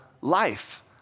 life